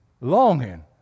longing